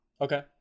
okay